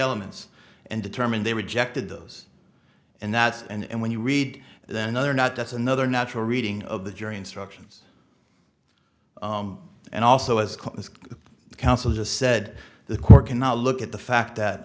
elements and determine they rejected those and that's and when you read then another not that's another natural reading of the jury instructions and also as the counsel just said the court cannot look at the fact that